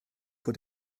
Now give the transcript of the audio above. vor